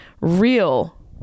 real